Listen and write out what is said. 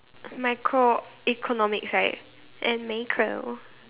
microeconomics right and macro